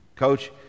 Coach